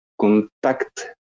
contact